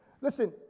Listen